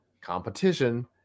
competition